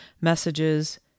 messages